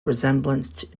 resemblance